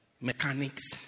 Mechanics